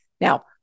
Now